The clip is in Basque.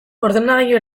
ordenagailu